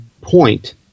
point